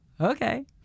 Okay